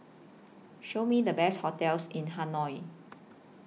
Show Me The Best hotels in Hanoi